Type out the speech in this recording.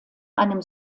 einem